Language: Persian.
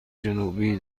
جنوبی